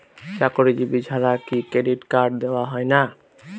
চাকুরীজীবি ছাড়া কি ক্রেডিট কার্ড দেওয়া হয় না?